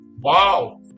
Wow